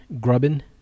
Grubbin